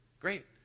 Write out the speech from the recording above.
Great